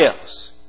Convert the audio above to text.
else